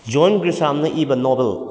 zone ꯒ꯭ꯔꯤꯁꯥꯝꯅ ꯏꯕ novel